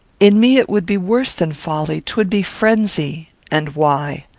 in me it would be worse than folly. twould be frenzy. and why?